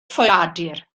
ffoadur